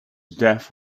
death